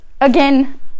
again